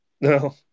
No